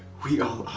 we all